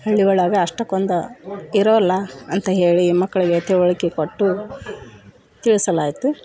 ಹಳ್ಳಿ ಒಳಗೆ ಅಷ್ಟಕ್ಕೊಂದು ಇರೋಲ್ಲ ಅಂತ ಹೇಳಿ ಮಕ್ಳಿಗೆ ತಿಳಿವಳ್ಕೆ ಕೊಟ್ಟು ತಿಳಿಸಲಾಯ್ತು